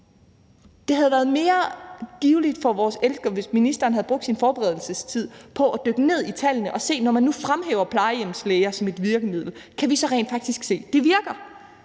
Det havde været mere givtigt for vores ældre, hvis ministeren havde brugt sin forberedelsestid på at dykke ned i tallene og se på, om vi, når man nu fremhæver plejehjemslæger som et virkemiddel, så rent faktisk kunne se, at det virkede.